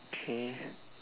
okay